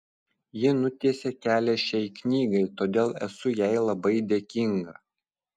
ji nutiesė kelią šiai knygai todėl esu jai labai dėkinga